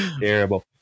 terrible